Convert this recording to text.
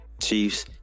Chiefs